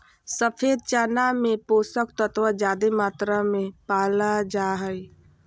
सफ़ेद चना में पोषक तत्व ज्यादे मात्रा में पाल जा हइ